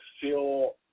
feel